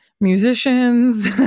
musicians